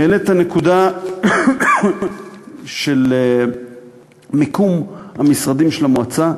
העלית נקודה של מיקום המשרדים של המועצה,